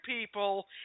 people